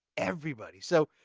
everybody! so,